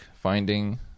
finding